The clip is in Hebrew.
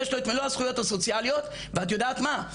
יש לו את מלא הזכויות הסוציאליות ואת יודעת מה,